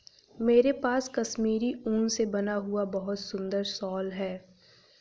मेरे पास कश्मीरी ऊन से बना हुआ बहुत सुंदर शॉल है